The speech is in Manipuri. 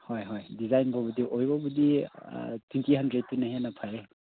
ꯍꯣꯏ ꯍꯣꯏ ꯗꯤꯖꯥꯏꯟ ꯐꯥꯎꯕꯗꯤ ꯑꯣꯏꯕꯕꯨꯗꯤ ꯑꯥ ꯇ꯭ꯋꯦꯟꯇꯤ ꯍꯟꯗ꯭ꯔꯦꯗꯇꯨꯅ ꯍꯦꯟ ꯐꯩꯌꯦ